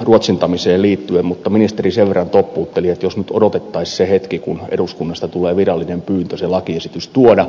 ruotsintamiseen liittyen mutta ministeri sen verran toppuutteli että jos nyt odotettaisiin siihen hetkeen kun eduskunnasta tulee virallinen pyyntö se lakiesitys tuoda